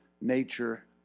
nature